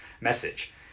message